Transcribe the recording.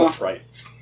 right